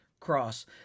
cross